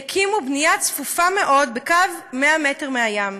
יקימו בנייה צפופה מאוד בקו 100 מטר מהים.